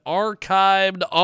archived